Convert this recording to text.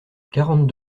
quarante